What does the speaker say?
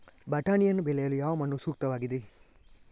ಬಟಾಣಿಯನ್ನು ಬೆಳೆಯಲು ಯಾವ ಮಣ್ಣು ಸೂಕ್ತವಾಗಿದೆ?